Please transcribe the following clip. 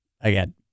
again